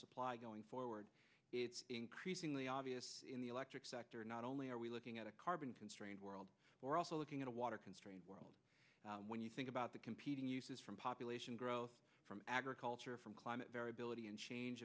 supply going forward it's increasingly obvious in the electric sector not only are we looking at a carbon constrained world we're also looking at a water constrained world when you think about the competing uses from population growth from agriculture from climate variability and change